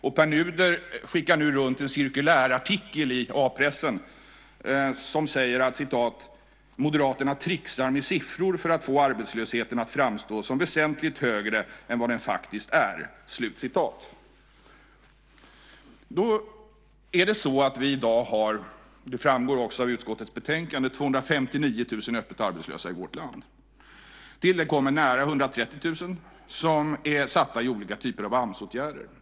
Pär Nuder skickar nu runt en cirkulärartikel i A-pressen som säger: Moderaterna tricksar med siffror för att få arbetslösheten att framstå som väsentligt högre än vad den faktiskt är. Vi har i dag, vilket också framgår av utskottets betänkande, 259 000 öppet arbetslösa i vårt land. Till det kommer nära 130 000 som är satta i olika typer av Amsåtgärder.